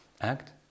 act